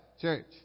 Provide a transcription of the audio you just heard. church